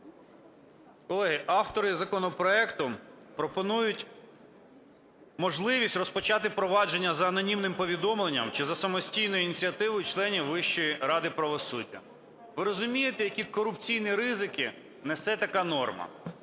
Колеги, автори законопроекту пропонують можливість розпочати провадження за анонімним повідомленням чи за самостійною ініціативою членів Вищої ради правосуддя. Ви розумієте які корупційні ризики несе така норма?